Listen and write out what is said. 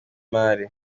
imari